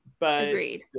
Agreed